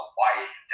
White